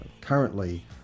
currently